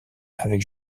avec